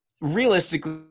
realistically